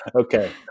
Okay